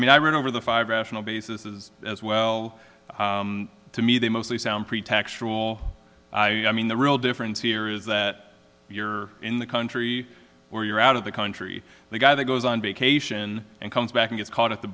mean i read over the five rational basis is as well to me they mostly sound pretextual i mean the real difference here is that you're in the country or you're out of the country the guy that goes on vacation and comes back and gets caught at the